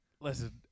Listen